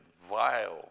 vile